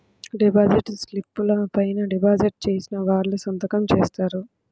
deposit స్లిపుల పైన deposit చేసిన వాళ్ళు సంతకం జేత్తారు